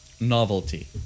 novelty